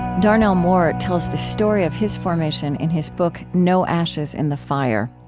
darnell moore tells the story of his formation in his book, no ashes in the fire.